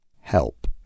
help